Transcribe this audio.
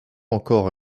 encore